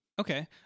Okay